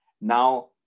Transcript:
Now